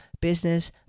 Business